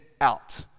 out